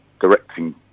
directing